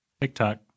TikTok